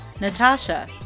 Natasha